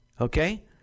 Okay